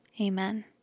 Amen